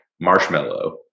marshmallow